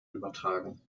übertragen